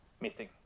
meeting